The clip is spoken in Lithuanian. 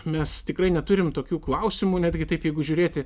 mes tikrai neturim tokių klausimų netgi taip jeigu žiūrėti